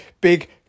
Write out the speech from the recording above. big